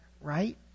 Right